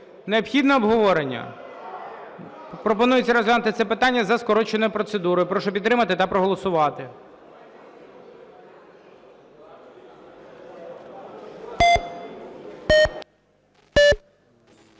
Необхідне обговорення? Пропонується розглянути це питання за скороченою процедурою. Прошу підтримати та проголосувати.